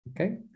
Okay